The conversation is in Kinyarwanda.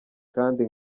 kandi